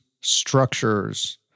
structures